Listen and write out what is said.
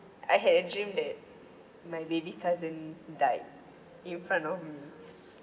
I had a dream that my baby cousin died in front of me